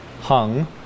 hung